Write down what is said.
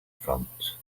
front